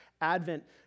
Advent